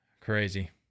Crazy